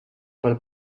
per